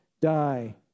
die